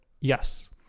Yes